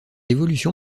évolution